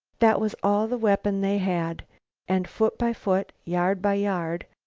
that was all the weapon they had and, foot by foot, yard by yard,